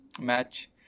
match